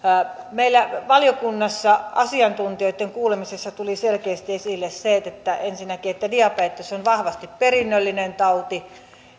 meillä valiokunnassa asiantuntijoitten kuulemisessa tuli selkeästi esille ensinnäkin se että diabetes on vahvasti perinnöllinen tauti